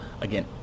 again